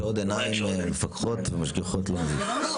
אני חושבת, שזה